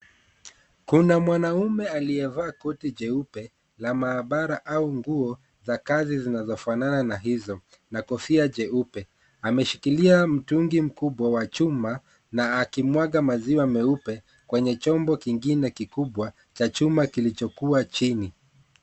Kuna mwanaume aliyevaa koti jeupe la maabara au nguo za kazi zinazofanana na hizo, na kofia jeupe. Ameshikilia mtungi mkubwa wa chuma, na akimwaga maziwa meupe kwenye chombo kingine kikubwa cha chuma kilichokuwa chini.